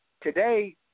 Today